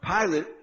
Pilate